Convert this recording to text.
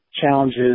challenges